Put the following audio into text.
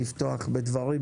לפתוח בדברים,